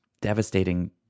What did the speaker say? devastating